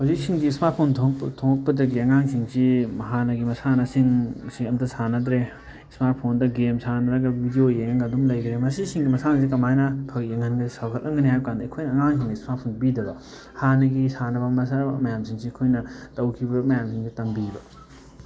ꯍꯧꯖꯤꯛꯁꯤꯡꯁꯤ smart phone ꯊꯣꯛꯂꯛꯄꯗꯒꯤ ꯑꯉꯥꯡꯁꯤꯡꯁꯤ ꯍꯥꯟꯅꯒꯤ ꯃꯁꯥꯟꯅꯁꯤꯡꯁꯤ ꯑꯃꯠꯇ ꯁꯥꯟꯅꯗ꯭ꯔꯦ ꯏꯁꯃꯥꯔꯠ ꯐꯣꯟꯗ ꯒꯦꯝ ꯁꯥꯟꯅꯔꯒ ꯕꯤꯗꯤꯑꯣ ꯌꯦꯡꯉꯒ ꯑꯗꯨꯝ ꯂꯩꯔꯦ ꯃꯁꯤꯁꯤꯡꯒꯤ ꯃꯁꯥꯟꯅꯁꯤ ꯀꯃꯥꯏꯅ ꯑꯩꯈꯣꯏꯒꯤ ꯉꯟꯅ ꯁꯧꯒꯠꯍꯟꯒꯅꯤ ꯍꯥꯏꯕ ꯀꯥꯟꯗ ꯑꯩꯈꯣꯏꯅ ꯑꯉꯥꯡꯁꯤꯡꯗ ꯏꯁꯃꯥꯔꯠ ꯐꯣꯟꯁꯤ ꯄꯤꯗꯕ ꯍꯥꯟꯅꯒꯤ ꯁꯥꯟꯅꯕ ꯃꯁꯥꯟꯅ ꯃꯌꯥꯝꯁꯤꯡꯁꯤ ꯑꯩꯈꯣꯏꯅ ꯇꯧꯈꯤꯕ ꯃꯌꯥꯝꯁꯤꯡꯁꯤ ꯇꯝꯕꯤꯕ